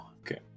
Okay